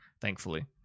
thankfully